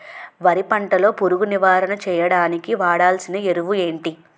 వరి పంట లో పురుగు నివారణ చేయడానికి వాడాల్సిన ఎరువులు ఏంటి?